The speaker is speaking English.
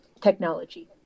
technology